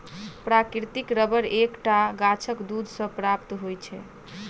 प्राकृतिक रबर एक टा गाछक दूध सॅ प्राप्त होइत छै